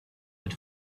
had